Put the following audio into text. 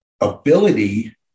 ability